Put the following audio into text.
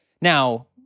Now